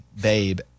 Babe